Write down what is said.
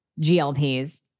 GLPs